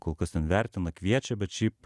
kol kas ten vertina kviečia bet šiaip